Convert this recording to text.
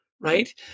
right